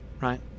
right